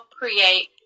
create